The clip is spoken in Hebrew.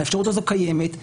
האפשרות הזאת קיימת,